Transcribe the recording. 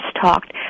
talked